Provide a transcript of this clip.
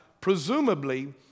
presumably